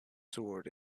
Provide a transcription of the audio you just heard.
sword